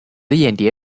眼蝶